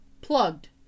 plugged